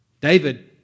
David